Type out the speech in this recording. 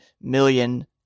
million